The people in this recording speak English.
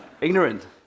Ignorant